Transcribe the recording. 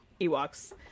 Ewoks